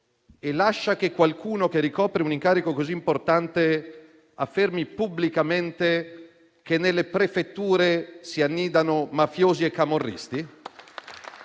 e lascia che qualcuno che ricopre un incarico così importante affermi pubblicamente che nelle prefetture si annidano mafiosi e camorristi?